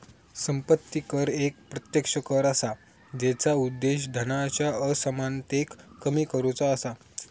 संपत्ती कर एक प्रत्यक्ष कर असा जेचा उद्देश धनाच्या असमानतेक कमी करुचा असा